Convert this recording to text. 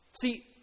See